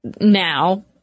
now